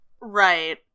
Right